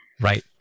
Right